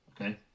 okay